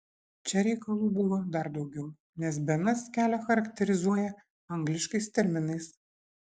čia reikalų buvo dar daugiau nes benas kelią charakterizuoja angliškais terminais